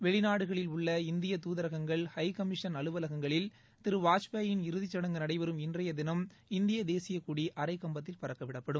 வெளிநாடுகளில் உள்ள இந்திய தூதரகங்கள் ஹை கமிஷன் அலுவலகங்களில் திரு வாஜ்பாயின் இறுதிச் சடங்கு நடைபெறும் இன்றைய தினம் இந்திய தேசியக் கொடி அரைகம்பத்தில் பறக்கவிடப்படும்